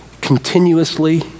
continuously